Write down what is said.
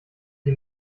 die